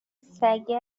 سگه